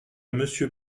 monsieur